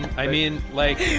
i mean, like,